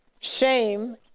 shame